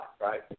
right